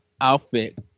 outfit